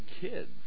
kids